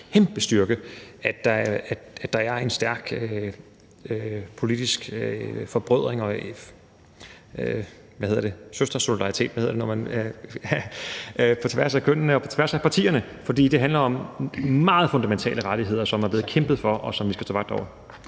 kæmpe styrke, at der er en stærk politisk forbrødring og en stærk søstersolidaritet eller, hvad hedder det, solidaritet på tværs af kønnene og på tværs af partierne. For det handler om meget fundamentale rettigheder, som der er blevet kæmpet for, og som vi skal stå vagt om.